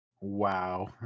wow